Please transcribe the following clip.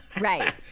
Right